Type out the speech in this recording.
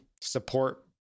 support